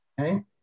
okay